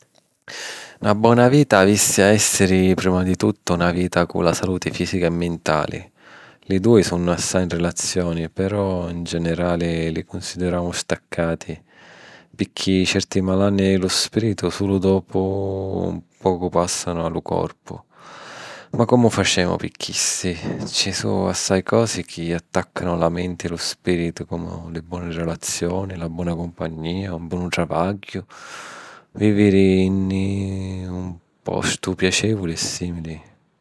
Na bona vita avissi a èssiri, prima di tuttu, na vita cu la saluti fìsica e mintali. Li dui sunnu assai 'n relazioni, però, 'n generali, li cunsidiramu staccati, picchì certi malanni di lu spìritu sulu dopu un pocu pàssanu a lu corpu. Ma comu facemu pi chisti? Ci su' assai cosi chi attàccanu la menti e lu spìritu, comu li boni relazioni, la bona cumpagnìa, un bonu travagghiu, vìviri nni un postu piacèvuli e sìmili.